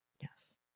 Yes